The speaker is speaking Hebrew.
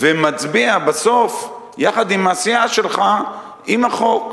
ומצביע בסוף, יחד עם העשייה שלך, עם החוק.